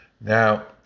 Now